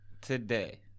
today